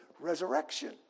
resurrection